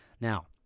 Now